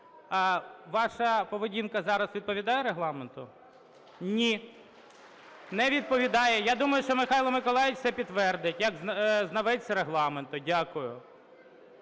Ваша поведінка зараз відповідає Регламенту? Ні, не відповідає. Я думаю, що Михайло Миколайович це підтвердить як знавець Регламенту. Дякую.